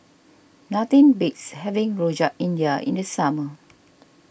nothing beats having Rojak India in the summer